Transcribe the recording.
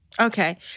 Okay